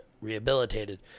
rehabilitated